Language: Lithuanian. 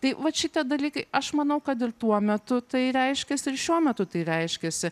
tai vat šitie dalykai aš manau kad ir tuo metu tai reiškėsi ir šiuo metu tai reiškiasi